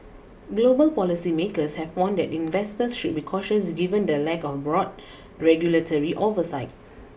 global policy makers have warned that investors should be cautious given the lack of broad regulatory oversight